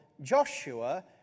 Joshua